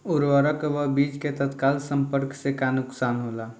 उर्वरक व बीज के तत्काल संपर्क से का नुकसान होला?